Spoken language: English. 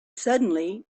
suddenly